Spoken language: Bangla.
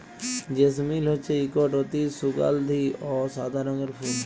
জেসমিল হছে ইকট অতি সুগাল্ধি অ সাদা রঙের ফুল